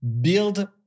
build